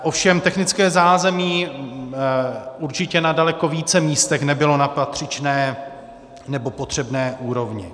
Ovšem technické zázemí určitě na daleko více místech nebylo na patřičné nebo potřebné úrovni.